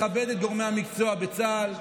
לכבד את גורמי המקצוע בצה"ל,